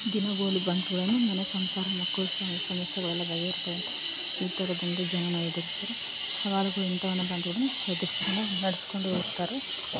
ದಿನಗೂಲಿ ಬಂದೊಡನೆ ಮನೆ ಸಂಸಾರ ಮಕ್ಕಳು ಸಮಸ್ಯೆಗಳೆಲ್ಲ ಬಗೆಹರಿಯುತ್ತೆ ನಡೆಸ್ಕೊಂಡು ಹೋಗ್ತಾರೆ